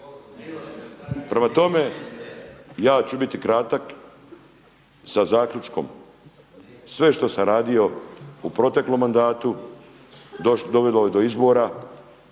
Prema tome, ja ću biti kratak sa zaključkom. Sve što sam radio u proteklom mandatu dovelo je do izbora,